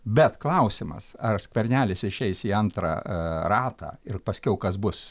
bet klausimas ar skvernelis išeis į antrą a ratą ir paskiau kas bus